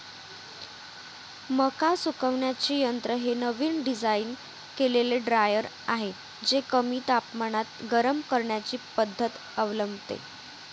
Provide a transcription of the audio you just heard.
मका सुकवण्याचे यंत्र हे नवीन डिझाइन केलेले ड्रायर आहे जे कमी तापमानात गरम करण्याची पद्धत अवलंबते